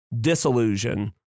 disillusion